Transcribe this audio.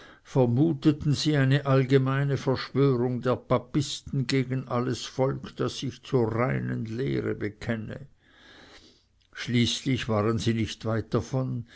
vermuteten sie eine allgemeine verschwörung der papisten gegen alles volk das sich zur reinen lehre bekenne schließlich waren sie nicht weit davon